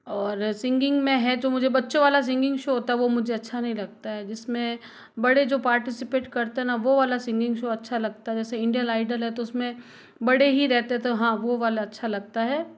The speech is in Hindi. और सिंगिंग में है जो मुझे बच्चों वाला सिंगिंग शो होता है वो मुझे अच्छा नही लगता है जिसमें बड़े जो पार्टीसिपेट करते है वो वाला सिंगिंग शो अच्छा लगता है जैसे इंडियन आइडल है तो उसमें बड़े ही रहते थे तो हाँ वो वाला अच्छा लगता है